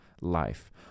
life